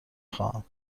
خواهم